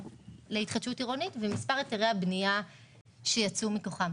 להתחדשות עירונית ומספר היתרי הבנייה שיצאו מכוחם.